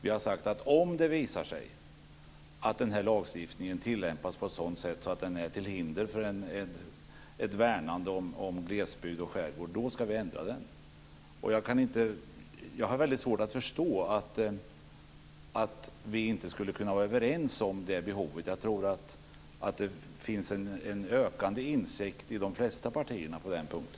Vi har sagt att om det visar sig att lagstiftningen tillämpas på ett sådant sätt att den är till hinder för ett värnande om glesbygd och skärgård, då ska vi ändra den. Jag har väldigt svårt att förstå att vi inte skulle kunna vara överens om det behovet. Jag tror att det finns en ökande insikt i de flesta partierna på den punkten.